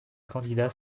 candidat